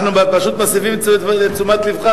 אנחנו פשוט מסבים את תשומת לבך,